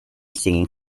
singing